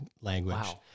language